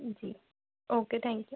ji okay thank you